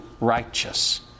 righteous